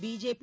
BJP